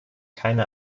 keine